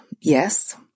Yes